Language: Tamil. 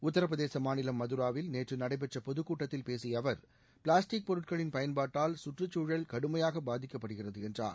உத்தரபிரதேச மாநிலம் மதுராவில் நேற்று நடைபெற்ற பொதுக்கூட்டத்தில் பேசிய அவர் பிளாஸ்டிக் பொருட்களின் பயன்பாட்டால் சுற்றுச்சூழல் கடுமையாக பாதிக்கப்படுகிறது என்றார்